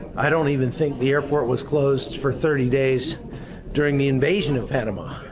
i don't even think the airport was closed for thirty days during the invagues and of panama.